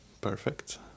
perfect